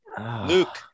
Luke